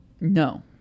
No